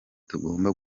tugomba